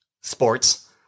sports